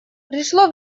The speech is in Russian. пришло